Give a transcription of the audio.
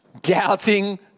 doubting